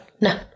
No